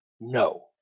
no